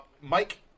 Mike